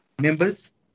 members